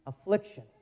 affliction